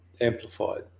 amplified